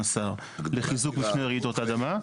לחיזוק מבני רעידות האדימה.